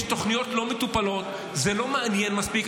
יש תוכניות לא מטופלות, זה לא מעניין מספיק.